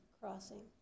Crossing